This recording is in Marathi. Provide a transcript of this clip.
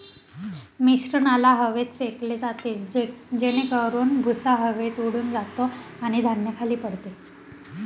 मिश्रणाला हवेत फेकले जाते जेणेकरून भुसा हवेत उडून जातो आणि धान्य खाली पडते